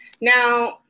Now